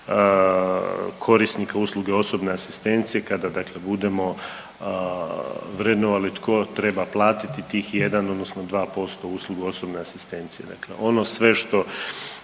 korisnika usluge osobne asistencije kada dakle budemo vrednovali tko treba platiti tih 1 odnosno 2% usluga osobne asistencije. Dakle, ono sve što